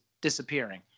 disappearing